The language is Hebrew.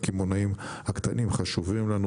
הקמעונאים הקטנים חשובים לנו.